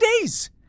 days